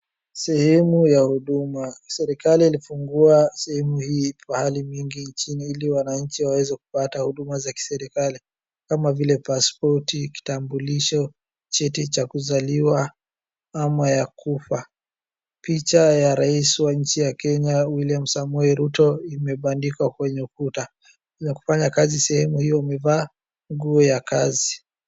Sehemu ya huduma. Serikali ilifungua sehemu hii pahali mingi nchini ili wananchi waweze kupata huduma za kiserikali kama vile paspoti , kitambulisho , cheti cha kuzaliwa ama ya kufa. Picha ya rais wa nchi ya Kenya William Samoei Ruto imebandikwa kwenye ukuta. Wakufanya kazi sehemu hiyo wamevaa nguo ya kazi